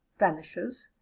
vanishes,